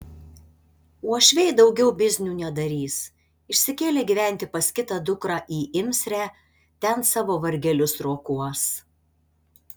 uošviai daugiau biznių nedarys išsikėlė gyventi pas kitą dukrą į imsrę ten savo vargelius rokuos